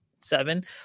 seven